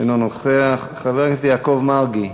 אינו נוכח, חבר הכנסת יעקב מרגי.